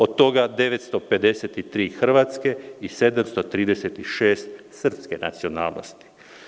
Od toga 953 hrvatske i 736 srpske nacionalnosti.